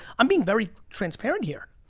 i'm being very transparent here.